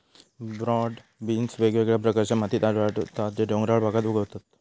broad beans वेगवेगळ्या प्रकारच्या मातीत वाढतत ते डोंगराळ भागात उगवतत